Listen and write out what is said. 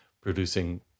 producing